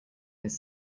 his